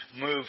move